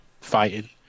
fighting